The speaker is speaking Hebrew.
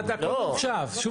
א', אני